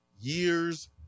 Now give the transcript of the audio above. year's